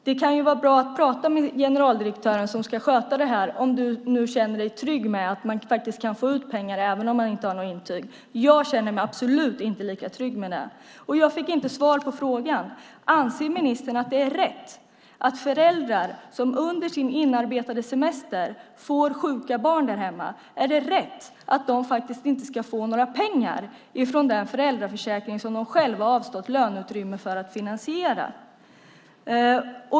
Det kan vara bra att prata med generaldirektören som ska sköta det här om du nu känner dig trygg med att man kan få ut pengar även om man inte har något intyg. Jag känner mig absolut inte lika trygg med det. Och jag fick inte svar på frågan. Anser ministern när det gäller föräldrar som under sin inarbetade semester får sjuka barn där hemma att det är rätt att de inte ska få några pengar från den föräldraförsäkring som de själva har avstått löneutrymme för att finansiera?